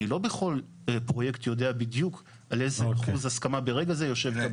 אני לא בכל פרויקט יודע בדיוק על איזה אחוז הסכמה ברגע זה יושב.